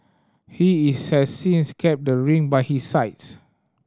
he is has since kept the ring by his sides